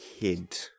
head